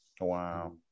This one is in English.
Wow